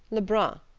lebrun.